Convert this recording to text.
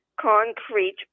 concrete